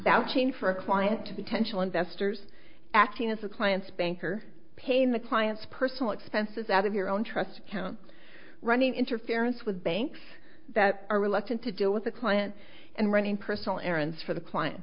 that chain for a client to be tensional investors acting as a client's banker paying the client's personal expenses out of your own trust account running interference with banks that are reluctant to deal with a client and running personal errands for the client